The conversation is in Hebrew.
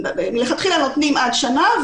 מלכתחילה נותנים עד שנה,